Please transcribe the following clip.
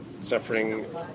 suffering